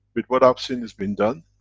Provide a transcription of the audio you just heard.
with what i've seen is being done,